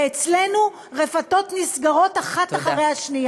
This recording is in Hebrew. ואצלנו רפתות נסגרות בזו אחרי זו.